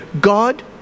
God